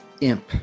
imp